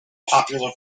popular